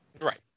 Right